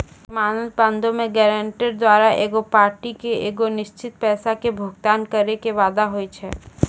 जमानत बांडो मे गायरंटर द्वारा एगो पार्टी के एगो निश्चित पैसा के भुगतान करै के वादा होय छै